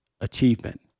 achievement